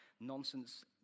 nonsense